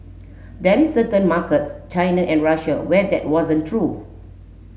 that is certain markets China and Russia where that wasn't true